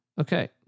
Okay